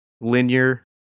linear